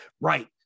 Right